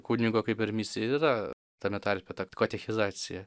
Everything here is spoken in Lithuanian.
kunigo kaip ir misija ir yra tame tarpe ta katechizacija